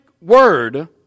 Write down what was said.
word